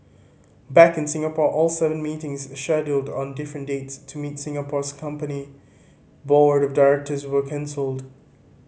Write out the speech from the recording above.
back in Singapore all seven meetings scheduled on different dates to meet the Singapore's company board of directors were cancelled